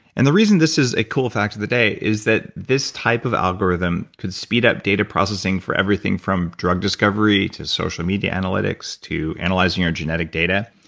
and the reason this is a cool fact of the day is that this type of algorithm can speed up data processing for everything from drug discovery to social media analytics to analyze you know genetic data.